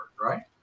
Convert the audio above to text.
right